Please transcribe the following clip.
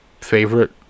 favorite